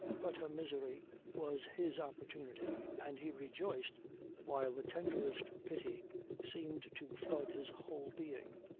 but her misery was his opportunity and he rejoiced while the tenderest pity seemed to flood his whole being.